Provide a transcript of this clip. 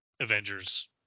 Avengers